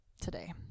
today